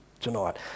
tonight